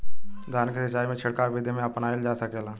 धान के सिचाई में छिड़काव बिधि भी अपनाइल जा सकेला?